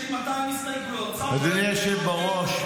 יש לי 200 הסתייגויות --- אדוני היושב בראש,